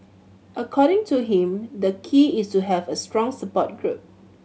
according to him the key is to have a strong support group